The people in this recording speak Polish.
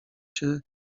się